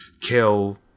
kill